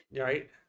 Right